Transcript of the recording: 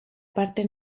parte